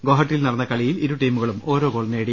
ഗോഹട്ടിയിൽ നടന്ന കളി യിൽ ഇരുടീമുകളും ഓരോ ഗോൾ നേടി